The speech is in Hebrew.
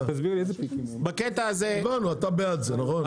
אתה בעד זה, נכון?